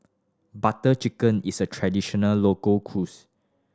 Butter Chicken is a traditional local